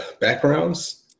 backgrounds